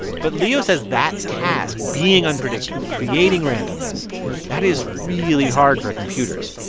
but leo says that task being unpredictable, creating randomness that is really hard for computers.